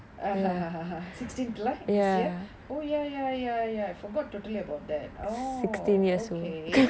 sixteen this year oh ya ya ya ya I forgot totally about that oh okay